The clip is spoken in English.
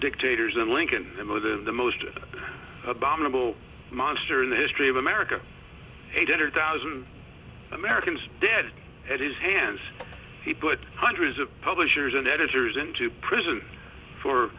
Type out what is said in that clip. dictators and lincoln the more than the most abominable monster in the history of america eight hundred thousand americans dead at his hands he put hundreds of publishers and editors into prison for